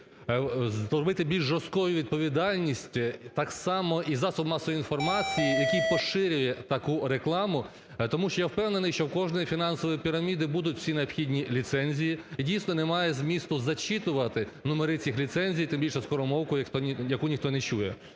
зробити більш жорсткою відповідальність так само і засіб масової інформації, який поширює таку рекламу, тому що я впевнений, що в кожної фінансової піраміди будуть всі необхідні ліцензії. І, дійсно, немає змісту зачитувати номери цих ліцензій, тим більше скоромовкою, яку ніхто не чує.